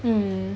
mm